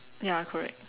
ya correct